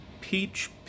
Peach